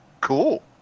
Cool